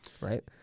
right